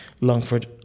Longford